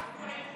אנחנו עקרונית